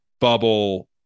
bubble